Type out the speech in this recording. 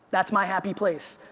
that's my happy place.